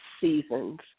seasons